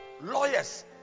Lawyers